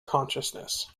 consciousness